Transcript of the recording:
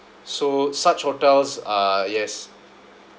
so such hotels uh yes